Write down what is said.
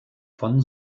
von